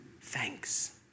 thanks